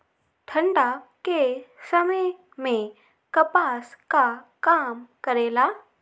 ठंडा के समय मे कपास का काम करेला?